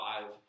five